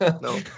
No